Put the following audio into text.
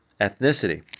ethnicity